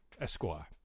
Esquire